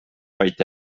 vaid